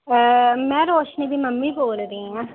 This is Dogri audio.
हां जी में रोशनी दी मम्मी बोल रेही आं